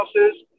houses